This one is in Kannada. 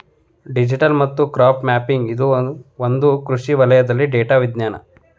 ಡಿಜಿಟಲ್ ಮಣ್ಣು ಮತ್ತು ಕ್ರಾಪ್ ಮ್ಯಾಪಿಂಗ್ ಇದು ಒಂದು ಕೃಷಿ ವಲಯದಲ್ಲಿ ಡೇಟಾ ವಿಜ್ಞಾನ